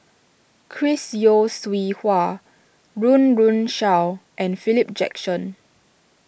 Chris Yeo Siew Hua Run Run Shaw and Philip Jackson